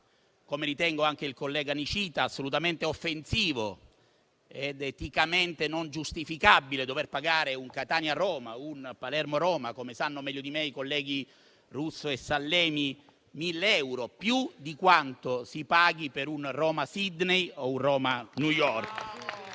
come ritengo anche il collega Nicita - assolutamente offensivo ed eticamente non giustificabile dover pagare un volo Catania-Roma o Palermo-Roma - come sanno meglio di me i colleghi Russo e Sallemi - 1.000 euro, più di quanto si paghi per un Roma-Sidney o un Roma-New York.